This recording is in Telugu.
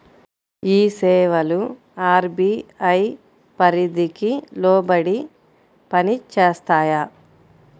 ఈ సేవలు అర్.బీ.ఐ పరిధికి లోబడి పని చేస్తాయా?